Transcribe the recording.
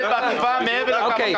ברובד התכנוני